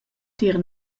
tier